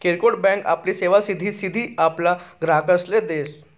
किरकोड बँक आपली सेवा सिधी सिधी आपला ग्राहकसले देस